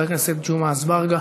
חבר הכנסת ג'מעה אזברגה,